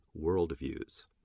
worldviews